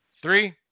three